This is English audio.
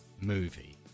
movie